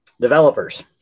developers